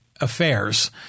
affairs